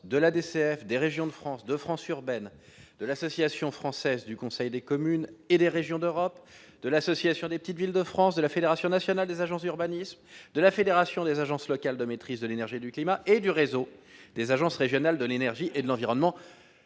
de la des CFD régions de France 2 France urbaine de l'Association française du Conseil des communes et des régions d'Europe, de l'Association des Petites Villes de France, de la Fédération nationale des agences d'urbanisme de la Fédération des agences locales de maîtrise de l'énergie et du climat et du réseau des agences régionales de l'énergie et de l'environnement,